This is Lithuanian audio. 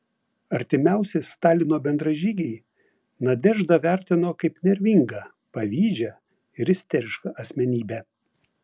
artimiausi stalino bendražygiai nadeždą vertino kaip nervingą pavydžią ir isterišką asmenybę